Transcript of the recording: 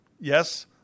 Yes